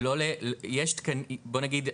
בוא נגיד,